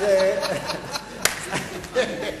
זה גדליה גל,